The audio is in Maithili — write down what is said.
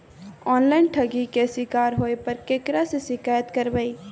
ऑनलाइन ठगी के शिकार होय पर केकरा से शिकायत करबै?